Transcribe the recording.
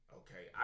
okay